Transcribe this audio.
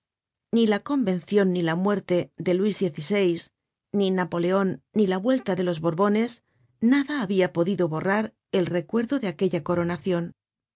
ni la convencion ni la muerte de luis xvi ni napoleon ni la vuelta de los borbones nada habia podido borrar el recuerdo de aquella coronacion